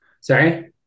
Sorry